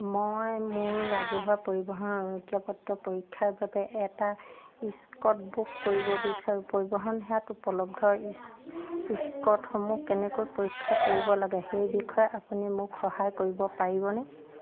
মই মোৰ ৰাজহুৱা পৰিবহণ অনুজ্ঞা পত্ৰ পৰীক্ষাৰ বাবে এটা ইচকট বুক কৰিব বিচাৰোঁ পৰিবহণ সেৱাত উপলব্ধ ইচকটসমূহ কেনেকৈ পৰীক্ষা কৰিব লাগে সেই বিষয়ে আপুনি মোক সহায় কৰিব পাৰিবনে